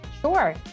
Sure